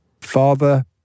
father